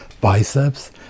biceps